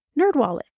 NerdWallet